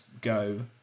go